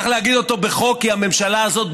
צריך להגיד את זה בחוק כי הממשלה הזאת,